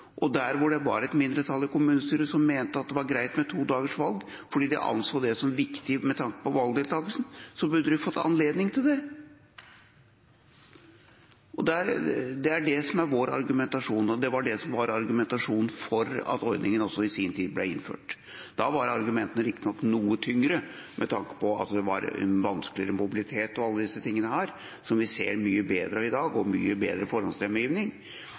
og der hvor det var et mindretall i kommunestyret som mente at det var greit med todagersvalg, fordi de anså det som viktig med tanke på valgdeltakelsen, burde de fått anledning til å ha det. Det er det som er vår argumentasjon, og det var det som var argumentasjonen for at ordningen i sin tid ble innført. Da var argumentene riktignok noe tyngre med tanke på at det var vanskeligere mobilitet og alle disse tingene, som vi ser er mye bedre i dag, og det er mye bedre muligheter for forhåndsstemmegivning.